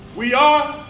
we are.